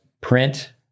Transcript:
print